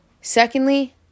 Secondly